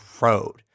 road